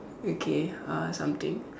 okay uh something